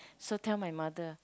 so tell my mother